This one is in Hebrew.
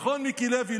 נכון, מיקי לוי?